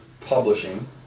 publishing